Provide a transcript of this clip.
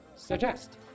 suggest